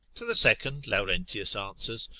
to the second, laurentius answers,